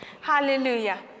Hallelujah